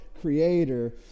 creator